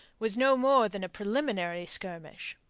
was no more than a preliminary skirmish,